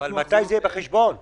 אבל מתי זה יהיה בחשבון שלנו?